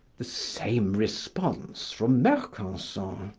the same response from mercanson.